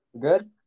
good